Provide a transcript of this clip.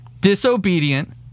disobedient